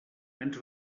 ens